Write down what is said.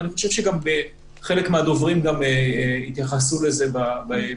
ואני חושב שחלק מהדוברים התייחסו לזה.